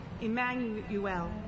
Emmanuel